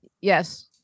Yes